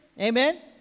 Amen